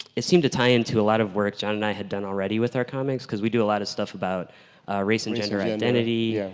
it seemed to tie into a lot of work john and i had done already with our comics because we do a lot of stuff about race and gender identity.